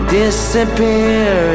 disappear